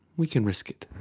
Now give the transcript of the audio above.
we can risk it.